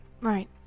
right